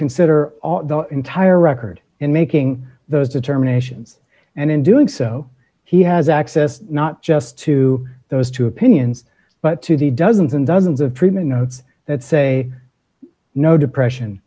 consider all the entire record in making those determinations and in doing so he has access not just to those two opinions but to the dozens and dozens of treatment of that say no depression